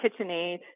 KitchenAid